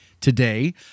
today